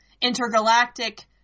intergalactic